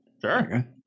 Sure